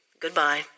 Goodbye